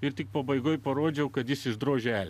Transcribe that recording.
ir tik pabaigoje parodžiau kad jis išdrožė